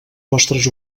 vostres